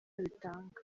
bitanga